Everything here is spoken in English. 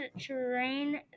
terrain